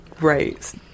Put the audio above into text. Right